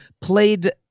played